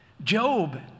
Job